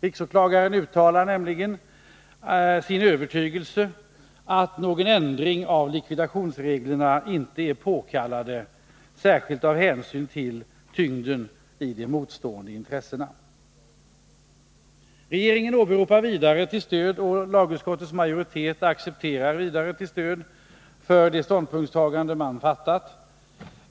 Riksåklagaren uttalar nämligen sin övertygelse, att någon ändring av likvidationsreglerna inte är påkallad, särskilt med hänsyn till tyngden i de motstående intressena. Regeringen åberopar vidare, och lagutskottets majoritet accepterar till stöd för den ståndpunkt man